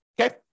Okay